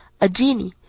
a genie,